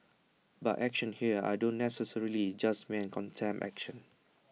by action here I don't necessarily just mean contempt action